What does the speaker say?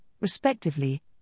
respectively